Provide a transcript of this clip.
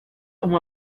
uma